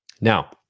Now